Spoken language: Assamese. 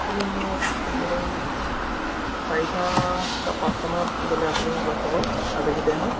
আপুনি মোক মোৰ চাৰিটা বা পাঁচটামানত গ'লে আপুনি মোক লগ পাব আবেলি টাইমত